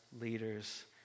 leaders